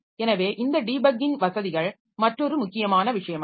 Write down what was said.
எனவே இந்த டீபக்கிங் வசதிகள் மற்றொரு முக்கியமான விஷயமாகும்